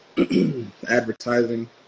advertising